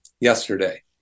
yesterday